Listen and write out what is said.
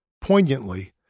poignantly